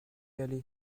aller